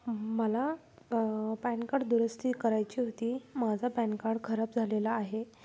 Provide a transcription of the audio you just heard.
मला PAN card दुरुस्ती करायची होती माझा पॅन कार्ड खराब झालेला आहे